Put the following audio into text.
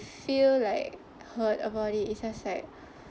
feel like hurt about it it's just like